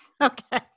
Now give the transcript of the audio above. Okay